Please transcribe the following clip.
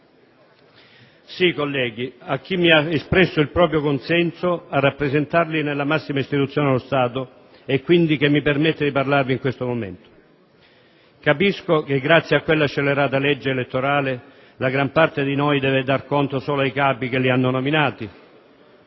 (sì, colleghi, a chi mi ha espresso il proprio consenso a rappresentarlo nella massima istituzione dello Stato e, quindi, mi permette di parlarvi in questo momento). Comprendo che, grazie a quella scellerata legge elettorale, gran parte di noi debba rendere conto soltanto ai capi che li hanno nominati